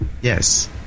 Yes